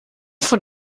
von